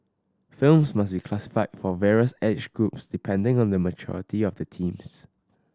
films must be classified for various age groups depending on the maturity of the themes